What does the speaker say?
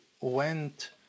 went